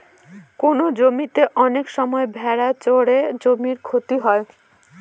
কোনো জমিতে অনেক সময় ভেড়া চড়ে জমির ক্ষতি হয়